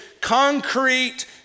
concrete